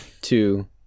two